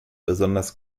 besonders